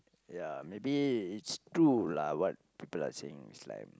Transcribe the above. ya maybe it's true lah what people are saying it's like